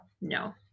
No